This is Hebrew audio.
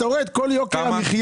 אתה רואה את יוקר המחייה.